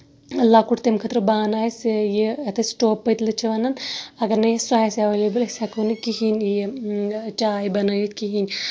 لۄکُٹ تَمہِ خٲطرٕ بانہٕ آسہِ یہِ یَتھ أسۍ سِٹوو پٔتلہٕ چھِ وَنان اَگر نے اَسہِ سُہ آسہِ ایٚولیبٕل أسۍ ہیٚکو نہٕ کِہینۍ یہِ چاے بَنٲوِتھ کِہینۍ